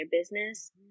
business